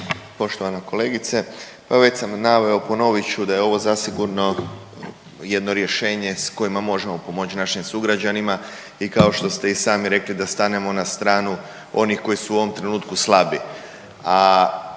Poštovana kolegice. Pa evo već sam naveo, ponovit ću da je ovo zasigurno jedno rješenje s kojim možemo pomoći našim sugrađanima i kao što ste i sami rekli, da stanemo na stranu onih koji su u ovom trenutku slabi,